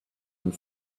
and